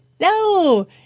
No